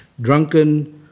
Drunken